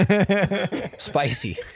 Spicy